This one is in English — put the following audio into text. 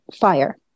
fire